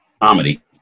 comedy